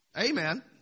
Amen